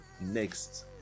next